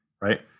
right